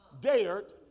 dared